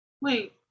Wait